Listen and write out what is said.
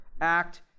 act